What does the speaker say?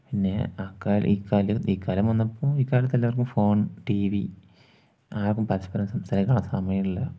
പിന്നെ ആ കാലം ഈ കാലം ഈ കാലം വന്നപ്പോൾ ഈ കാലത്തെല്ലാവർക്കും ഫോൺ ടി വി ആർക്കും പരസ്പരം സംസാരിക്കാനുള്ള സമയമില്ല